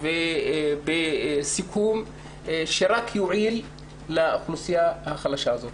ובסיכום שרק יועיל לאוכלוסייה החלשה הזאת.